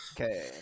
Okay